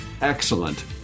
excellent